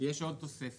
יש עוד תוספת.